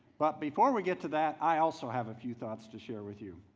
but before we get to that i also have a few thoughts to share with you.